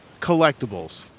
collectibles